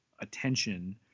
attention